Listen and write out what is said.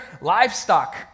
livestock